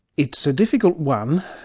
it's a difficult one,